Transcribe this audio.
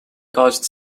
caused